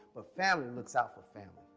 but family looks out for family.